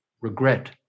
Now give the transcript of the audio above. regret